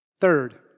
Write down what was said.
third